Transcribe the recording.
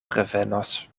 revenos